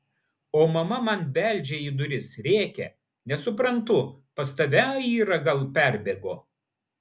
o mama man beldžia į duris rėkia nesuprantu pas tave aira gal perbėgo